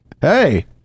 hey